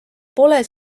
pole